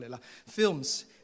films